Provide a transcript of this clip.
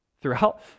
throughout